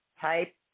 type